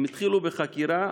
הם התחילו בחקירה.